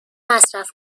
مصرف